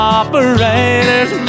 operators